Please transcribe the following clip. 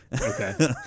Okay